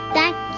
Thank